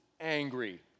angry